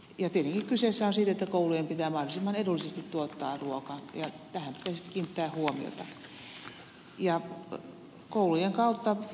tietenkin kyse on siitä että koulujen pitää mahdollisimman edullisesti tuottaa ruokaa ja tähän pitäisi kiinnittää huomiota